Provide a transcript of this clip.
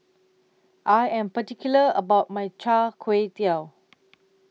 I Am particular about My Char Kway Teow